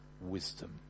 wisdom